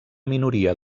minoria